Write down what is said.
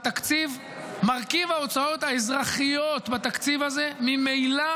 מרכיב ההוצאות האזרחיות בתקציב הזה ממילא